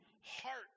heart